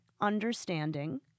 understanding